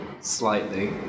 slightly